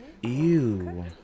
Ew